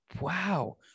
Wow